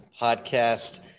podcast